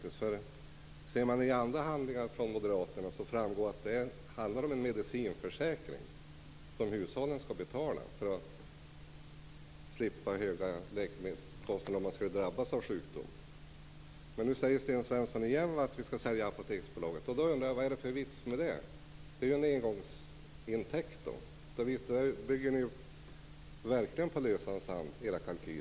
Ser man i andra handlingar från moderaterna framgår det att det handlar om en medicinförsäkring som hushållen skall betala för att slippa höga läkemedelskostnader om man skulle drabbas av sjukdom. Nu säger alltså Sten Svensson igen att vi skall sälja Apoteksbolaget. Då undrar jag: Vad är det för vits med det? Det är ju en engångsintäkt. Då bygger ni verkligen er kalkyl på lösan sand.